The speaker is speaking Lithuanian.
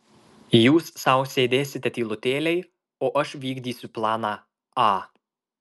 jūs sau sėdėsite tylutėliai o aš vykdysiu planą a